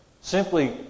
Simply